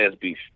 beef